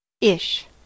Ish